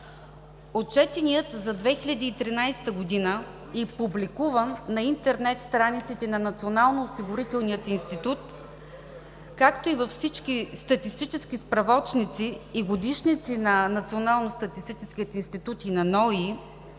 Отчетеният за 2013 г. и публикуван на интернет страниците на Националния осигурителния институт, както и във всички статистически справочници и годишници на Националния статистически институт и на НОИ